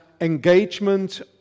engagement